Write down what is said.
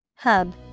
Hub